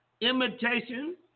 Imitation